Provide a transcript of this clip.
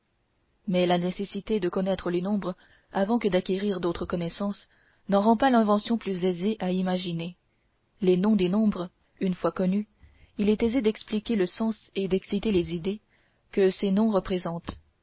mais la nécessité de connaître les nombres avant que d'acquérir d'autres connaissances n'en rend pas l'invention plus aisée à imaginer les noms des nombres une fois connus il est aisé d'en expliquer le sens et d'exciter les idées que ces noms représentent